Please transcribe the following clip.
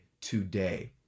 today